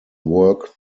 work